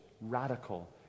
radical